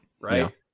right